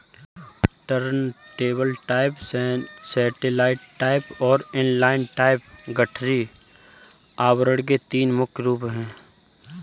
turntable type, satellite type और inline type गठरी आवरण के तीन मुख्य रूप है